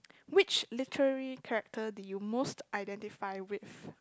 which literally characters do you most identify with